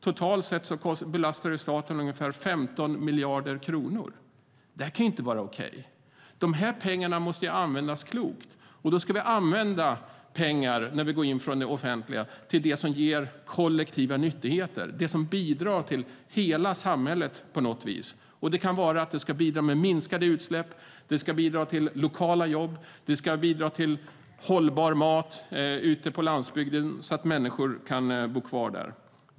Totalt sett belastar detta avdrag staten med ungefär 15 miljarder kronor. Det kan inte vara okej! De här pengarna måste användas klokt. När vi går in från det offentliga ska vi använda pengar till det som ger kollektiva nyttigheter, till det som bidrar till hela samhället på något vis. Pengarna ska bidra till minskade utsläpp. De ska bidra till lokala jobb och hållbar mat på landsbygden, så att människor kan bo kvar där.